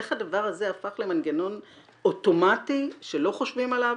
איך הדבר הזה הפך למנגנון אוטומטי שלא חושבים עליו,